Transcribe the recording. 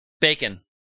Bacon